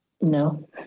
No